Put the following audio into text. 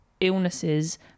illnesses